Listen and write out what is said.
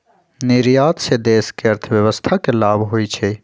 निर्यात से देश के अर्थव्यवस्था के लाभ होइ छइ